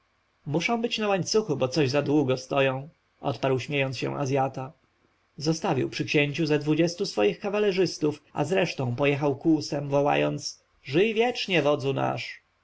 muszą być na łańcuchu bo coś za długo stoją odparł śmiejąc się azjata zostawił przy księciu ze dwudziestu swoich kawalerzystów a z resztą pojechał kłusem wołając żyj wiecznie wodzu nasz